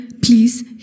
Please